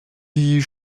die